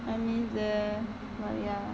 I mean the like ya